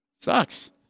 Sucks